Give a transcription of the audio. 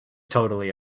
totally